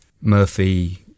Murphy